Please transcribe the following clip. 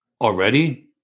Already